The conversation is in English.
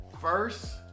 first